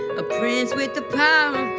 a prince with the power